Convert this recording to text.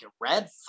red